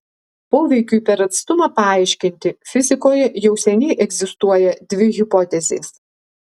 poveikiui per atstumą paaiškinti fizikoje jau seniai egzistuoja dvi hipotezės